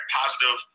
positive